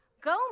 go